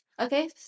Okay